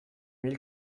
mille